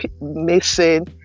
missing